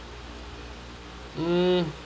mm